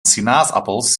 sinaasappels